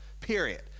Period